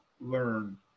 learn